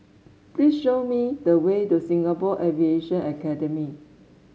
please show me the way to Singapore Aviation Academy